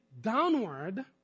downward